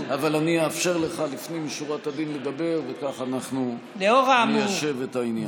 אאפשר לך לפנים משורת הדין לדבר וכך אנחנו ניישב את העניין.